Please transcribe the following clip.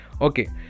Okay